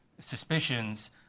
suspicions